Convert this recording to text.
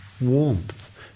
warmth